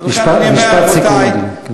משפט סיכום.